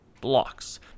blocks